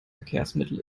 verkehrsmittel